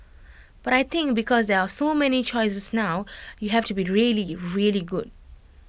but I think because there are so many choices now you have to be really really good